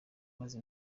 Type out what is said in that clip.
maze